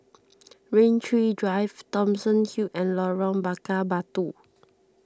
Rain Tree Drive Thomson Hill and Lorong Bakar Batu